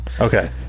okay